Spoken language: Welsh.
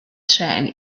trên